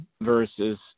versus